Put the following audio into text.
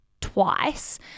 twice